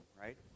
right